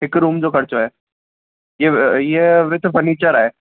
हिकु रूम जो ख़र्चो आहे ईअं ईअं विध फर्नीचर आहे